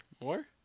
more